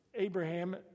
Abraham